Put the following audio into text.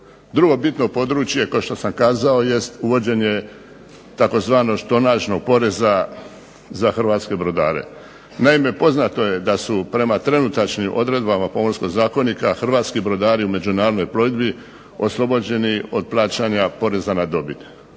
Drugo bitno područje, kao što sam kazao, jest uvođenje tzv. "tonažnog poreza" za hrvatske brodare. Naime, poznato je da su prema trenutačnim odredbama Pomorskog zakonika hrvatski brodari u međunarodnoj plovidbi oslobođeni od plaćanja na dobit.